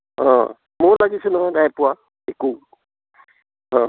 অঁ ময়ো লাগিছো নহয় নাই পোৱা একো অঁ